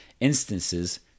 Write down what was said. instances